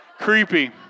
creepy